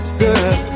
girl